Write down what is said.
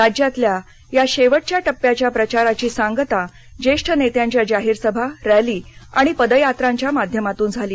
राज्यातल्या या शेवटच्या टप्प्याच्या प्रचाराची सांगता ज्येष्ठ नेत्यांच्या जाहीर सभा रॅली आणि पदयात्रांच्या माध्यमातून झाली